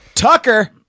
Tucker